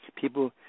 people